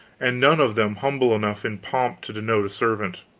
and none of them humble enough in pomp to denote a servant.